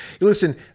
Listen